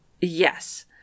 Yes